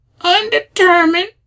undetermined